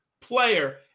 player